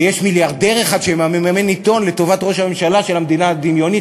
ויש מיליארדר אחד שמממן עיתון לטובת ראש הממשלה של המדינה הדמיונית,